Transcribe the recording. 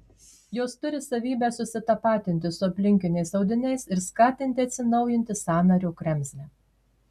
jos turi savybę susitapatinti su aplinkiniais audiniais ir skatinti atsinaujinti sąnario kremzlę